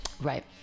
Right